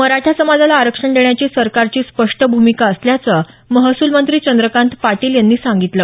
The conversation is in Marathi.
मराठा समाजाला आरक्षण देण्याची सरकारची स्पष्ट भूमिका असल्याचं महसूल मंत्री चंद्रकांत पाटील यांनी सांगितलं